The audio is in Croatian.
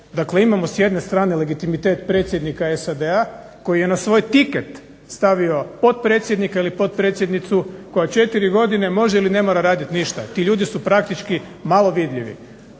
Dakle, imamo s jedne strane legitimitet predsjednika SAD-a koji je na svoj tiket stavio potpredsjednika ili potpredsjednicu koja 4 godine može ili ne mora raditi ništa. Ti ljudi su praktički malo vidljivi.